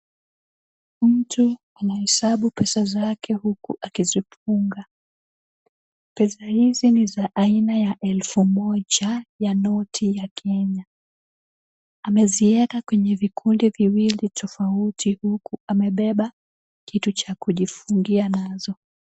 Mtu anahesabu pesa zake huku akizifunga. Pesa hizi ni za aina ya elfu moja ya noti ya Kenya. Amezieka kwenye vikundi viwili tofauti tofauti huku amebeba kitu cha kujifungia nazo.